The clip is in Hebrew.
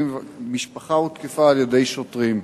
משפחה הותקפה על-ידי שוטרים.